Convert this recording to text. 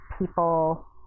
people